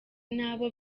n’abo